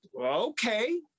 okay